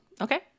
Okay